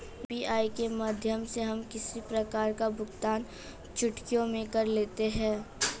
UPI के माध्यम से हम किसी प्रकार का भुगतान चुटकियों में कर लेते हैं